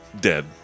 Dead